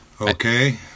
okay